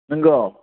नोंगौ